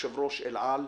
יושב-ראש אל על,